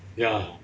ya